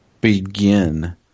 begin